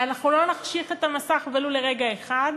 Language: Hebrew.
ואנחנו לא נחשיך את המסך ולו לרגע אחד,